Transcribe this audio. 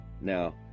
Now